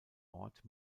ort